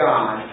God